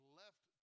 left